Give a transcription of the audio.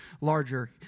larger